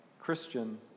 Christian